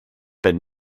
been